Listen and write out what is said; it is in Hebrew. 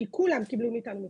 כי כולם קיבלו מאתנו מקדמות.